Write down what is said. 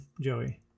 Joey